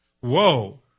Whoa